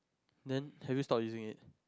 then have you stop using it